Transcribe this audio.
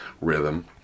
rhythm